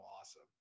awesome